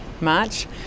march